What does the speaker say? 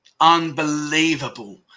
Unbelievable